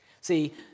See